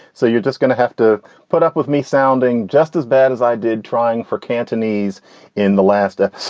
so you're just gonna have to put up with me sounding just as bad as i did trying for cantonese in the last episode.